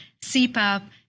CPAP